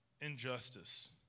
injustice